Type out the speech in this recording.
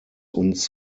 uns